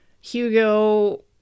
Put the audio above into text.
Hugo